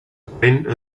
corrent